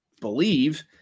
believe